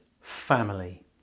family